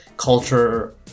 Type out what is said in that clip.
culture